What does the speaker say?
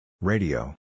Radio